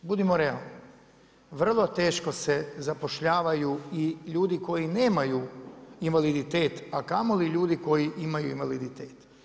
Budimo realni, vrlo teško se zapošljavaju i ljudi koji nemaju invaliditet a kamoli ljudi imaju invaliditet.